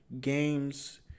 games